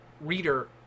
reader